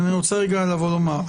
אני רוצה רגע לבוא ולומר.